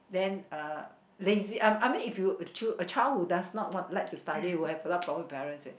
then uh lazy I I mean if you a child who does not like to study who has a lot of problems with parents right